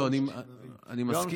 לא, אני מסכים.